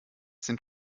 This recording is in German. sind